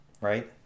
right